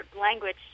language